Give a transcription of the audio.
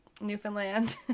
Newfoundland